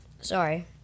sorry